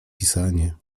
pisanie